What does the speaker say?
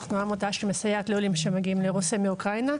אנחנו עמותה שמסייעת לעולים שמגיעים מרוסיה ומאוקראינה.